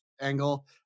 angle